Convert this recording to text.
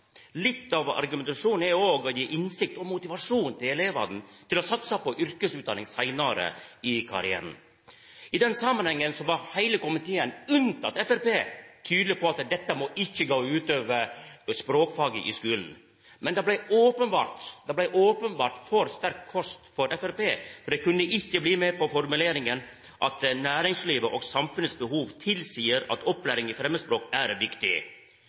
Litt av argumentasjonen er òg å gje eleven innsikt og motivasjon til å satsa på yrkesutdanning seinare i karrieren. I den samanhengen var heile komiteen, unnateke Framstegspartiet, tydeleg på at dette ikkje må gå ut over språkfaget i skulen. Men det blei openbert for sterk kost for Framstegspartiet, for dei kunne ikkje bli med på formuleringa om at næringslivet og samfunnet sine behov tilseier at opplæring i framandspråk er viktig.